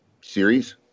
series